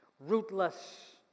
rootless